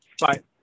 Bye